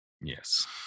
Yes